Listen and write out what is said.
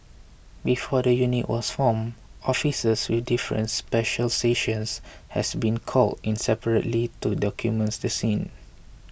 before the unit was formed officers with difference has been called in separately to document the scene